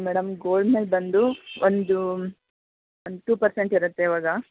madam gold ಮೇಲೆ ಬಂದು ಒಂದು ಒಂದು ಟು ಪರ್ಸೆಂಟ್ ಇರುತ್ತೆ ಇವಾಗ